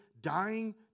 dying